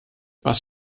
was